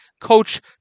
Coach